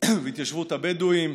והתיישבות הבדואים,